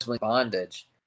bondage